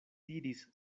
diris